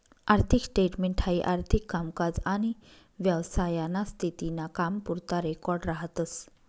आर्थिक स्टेटमेंट हाई आर्थिक कामकाज आनी व्यवसायाना स्थिती ना कामपुरता रेकॉर्ड राहतस